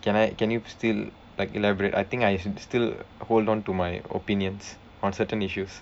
can I can you still like elaborate I think I should still hold on to my opinions on certain issues